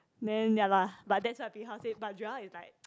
then ya lah but that's what bin hao say but Joel is like